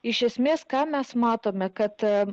iš esmės ką mes matome kad